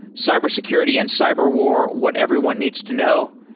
cybersecurity and cyber war what everyone needs to know,